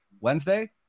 Wednesday